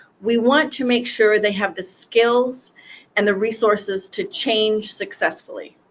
we want to make sure they have the skills and the resources to change successfully.